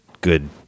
good